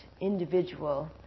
individual